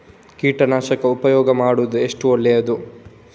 ಕೀಟನಾಶಕ ಉಪಯೋಗ ಮಾಡುವುದು ಎಷ್ಟು ಒಳ್ಳೆಯದು?